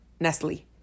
Nestle